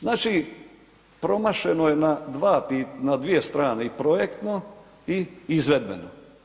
Znači, promašeno je na dvije strane i projektno i izvedbeno.